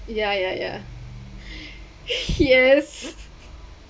ya ya ya yes